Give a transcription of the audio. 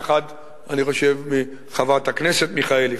אני חושב מחברת הכנסת מיכאלי,